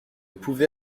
pouvez